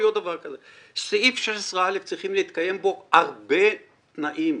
סעיף 16א צריכים להתקיים בו הרבה תנאים.